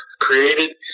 created